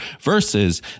versus